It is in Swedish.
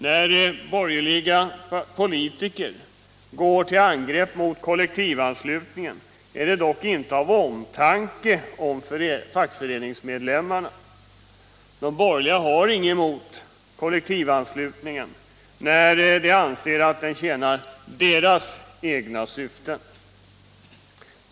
När borgerliga politiker går till angrepp mot kollektivanslutningen är det dock inte av omtanke om fackföreningsmedlemmarna. De borgerliga har inget emot kollektivanslutningen när de anser att den tjänar deras egna syften.